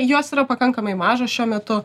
jos yra pakankamai mažos šiuo metu